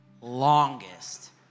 longest